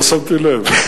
לא שמתי לב.